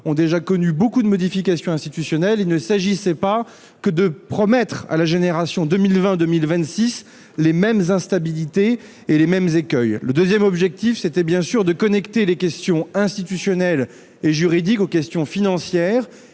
aura déjà connu beaucoup de modifications institutionnelles. Il ne s'agissait pas de réserver à la génération 2020-2026 la même instabilité et les mêmes écueils. Deuxièmement, il importait de connecter les questions institutionnelles et juridiques aux questions financières.